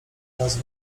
czas